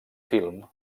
film